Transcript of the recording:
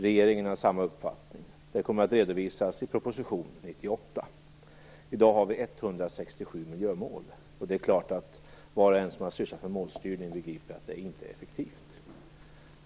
Regeringen har samma uppfattning, och detta kommer att redovisas i proposition år 1998. Vi har i dag 167 miljömål. Var och en som har sysslat med målstyrning begriper att det inte är effektivt.